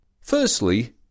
Firstly